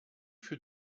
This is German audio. für